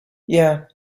yeah